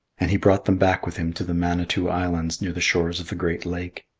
and he brought them back with him to the manitou islands near the shores of the great lake.